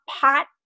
pot